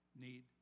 need